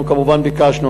אנחנו כמובן ביקשנו,